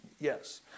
Yes